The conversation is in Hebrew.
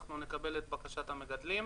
אנחנו נקבל את בקשת המגדלים.